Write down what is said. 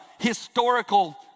historical